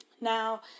Now